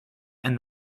and